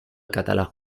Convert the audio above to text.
català